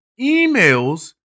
emails